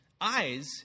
eyes